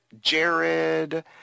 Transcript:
Jared